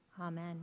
amen